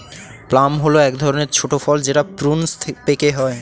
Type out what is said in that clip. plum হল এক ধরনের ছোট ফল যেটা প্রুনস পেকে হয়